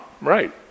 right